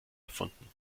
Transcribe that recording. erfunden